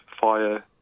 fire